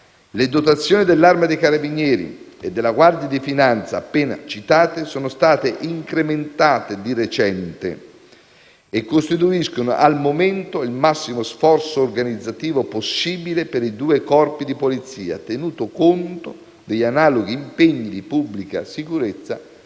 Le dotazioni dell'Arma dei carabinieri e della Guardia di finanza appena citate sono state incrementate di recente e costituiscono, al momento, il massimo sforzo organizzativo possibile per i due corpi di polizia, tenuto conto degli analoghi impegni di pubblica sicurezza